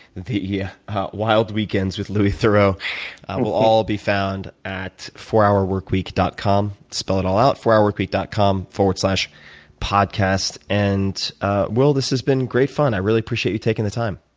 the yeah wild weekends with louie theroux will all be found at fourhourworkweek dot com, spell it all out. fourhourworkweek dot com slash podcast. and ah will, this has been great fun. i really appreciate you taking the time.